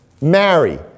Marry